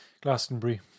Glastonbury